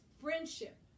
friendship